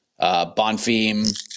Bonfim